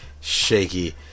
shaky